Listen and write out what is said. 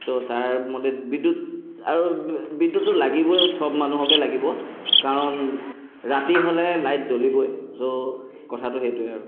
ত' তাৰমতে বিদ্যুৎ আৰু বিদ্যুতটো লাগিবই চব মানুহকে লাগিব কাৰণ ৰাতি হ'লে লাইট জ্বলিবই ছ' কথাটো সেইটোৱেই আৰু